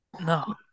No